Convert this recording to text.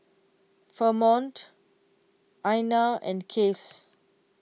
Fremont Ina and Case